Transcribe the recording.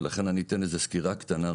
ולכן אני אתן איזו סקירה קטנה.